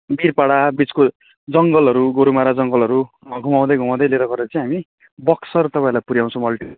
बिरपाडा बिचको जङ्गलहरू गोरुमारा जङ्गलहरू घुमाउँदै घुमाउँदै लिएर गएर चाहिँ हामी बक्सर तपाईँहरूलाई पुर्याउँछौँ